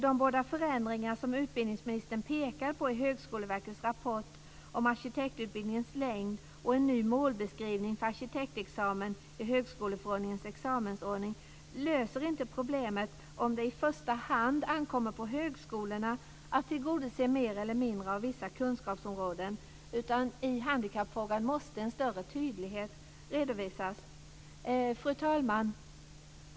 De båda förändringar som utbildningsministern pekar på i Högskoleverkets rapport om arkitektutbildningens längd och en ny målbeskrivning för arkitektexamen i högskoleförordningens examensordning, löser inte problemet om det i första hand ankommer på högskolorna att tillgodose mer eller mindre av vissa kunskapsområden. I handkappfrågan måste en större tydlighet redovisas. Fru talman!